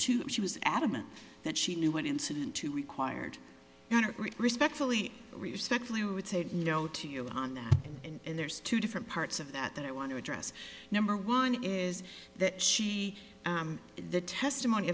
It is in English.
two she was adamant that she knew what incident to required respectfully respect lou would say no to you on that and there's two different parts of that that i want to address number one is that she is the testimony